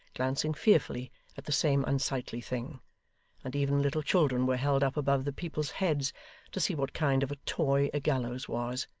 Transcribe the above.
glancing fearfully at the same unsightly thing and even little children were held up above the people's heads to see what kind of a toy a gallows was,